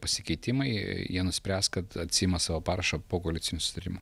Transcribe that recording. pasikeitimai jie nuspręs kad atsiima savo parašą po koalicinio sutarimo